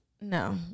No